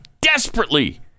desperately